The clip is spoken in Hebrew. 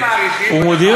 ואין מאריכין בדבר הזה.